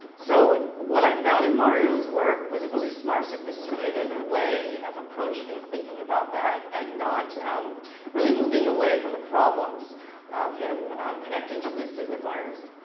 so what i found in mario's work was a really smart, sophisticated way of approaching thinking about that and not um really moving away from the problems of him connecting to these signifiers.